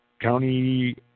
County